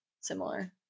similar